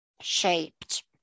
shaped